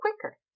quicker